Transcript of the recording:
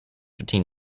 between